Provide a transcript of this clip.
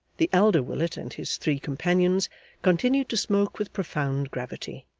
the elder willet and his three companions continued to smoke with profound gravity,